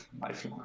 Life